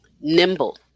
nimble